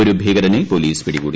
ഒരു ഭീകരനെ പോലീസ് പിടികൂടി